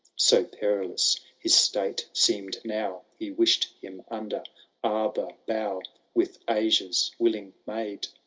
so perilous his state seemed now. he wished him under arbour bough with asians willing maid.